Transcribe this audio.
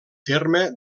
terme